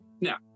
Now